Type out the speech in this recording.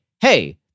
hey